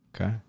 Okay